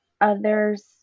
others